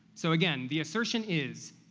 so again, the assertion is,